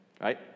right